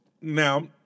now